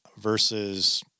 versus